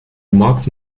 max